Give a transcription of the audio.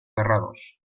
cerrados